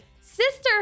sister